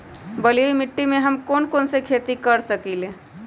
बलुई मिट्टी में हम कौन कौन सी खेती कर सकते हैँ?